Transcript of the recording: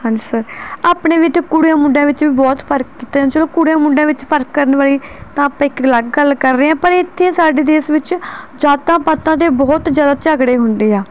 ਹਾਂਜੀ ਸਰ ਆਪਣੇ ਵੀ ਅਤੇ ਕੁੜੀਆਂ ਮੁੰਡਿਆਂ ਵਿੱਚ ਬਹੁਤ ਫਰਕ ਕੀਤਾ ਜਾਂਦਾ ਚਲੋ ਕੁੜੀਆਂ ਮੁੰਡਿਆਂ ਵਿੱਚ ਫਰਕ ਕਰਨ ਵਾਲੀ ਤਾਂ ਆਪਾਂ ਇੱਕ ਅਲੱਗ ਗੱਲ ਕਰ ਰਹੇ ਹਾਂ ਪਰ ਇੱਥੇ ਸਾਡੇ ਦੇਸ਼ ਵਿੱਚ ਜਾਤਾਂ ਪਾਤਾਂ ਦੇ ਬਹੁਤ ਜ਼ਿਆਦਾ ਝਗੜੇ ਹੁੰਦੇ ਆ